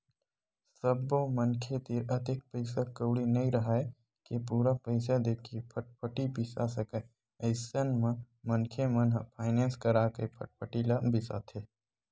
सब्बो मनखे तीर अतेक पइसा कउड़ी नइ राहय के पूरा पइसा देके फटफटी बिसा सकय अइसन म मनखे मन ह फायनेंस करा के फटफटी ल बिसाथे